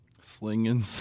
Slinging